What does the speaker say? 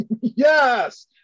yes